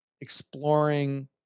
exploring